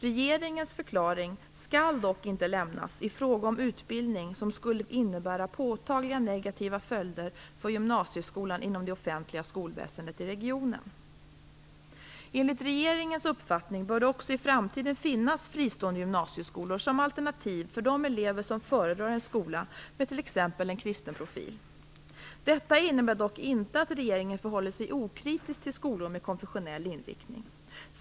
Regeringens förklaring skall dock inte lämnas i fråga om utbildning som skulle innebära påtagliga negativa följder för gymnasieskolan inom det offentliga skolväsendet i regionen. Enligt regeringens uppfattning bör det också i framtiden finnas fristående gymnasieskolor som alternativ för de elever som föredrar en skola med t.ex. en kristen profil. Detta innebär dock inte att regeringen förhåller sig okritisk till skolor med konfessionell inriktning.